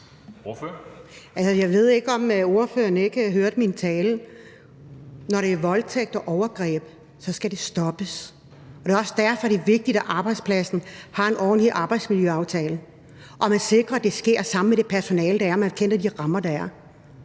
Jeg ved ikke, om ordføreren ikke hørte min tale. Når det er voldtægt og overgreb, skal det stoppes. Og det er også derfor, det er vigtigt, at arbejdspladsen har en ordentlig arbejdsmiljøaftale, og at man sikrer, at det sker sammen med det personale, der er, og at man kender de rammer, der er.